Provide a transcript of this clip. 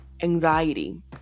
anxiety